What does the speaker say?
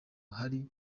hari